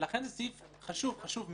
לכן זה סעיף חשוב מאוד.